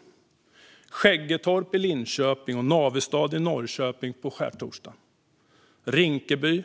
Det var oroligheter i Skäggetorp i Linköping och Navestad i Norrköping på skärtorsdagen, i Rinkeby i